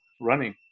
running